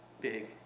big